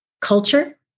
culture